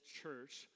church